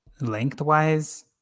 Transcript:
lengthwise